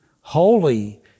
holy